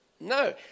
No